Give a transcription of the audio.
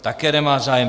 Také nemá zájem.